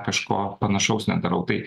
kažko panašaus nedarau tai